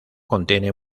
contiene